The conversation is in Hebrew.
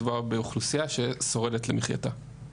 מדובר באוכלוסייה ששורדת למחייתה.